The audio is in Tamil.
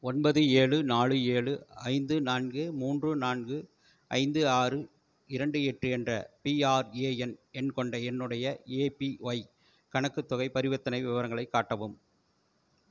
ஒன்பது ஏழு நாலு ஏழு ஐந்து நான்கு மூன்று நான்கு ஐந்து ஆறு இரண்டு எட்டு என்ற பிஆர்ஏஎன் எண் கொண்ட என்னுடைய ஏபிஒய் கணக்கு தொகை பரிவர்த்தனை விவரங்களைக் காட்டவும்